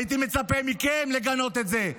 הייתי מצפה מכם לגנות את זה.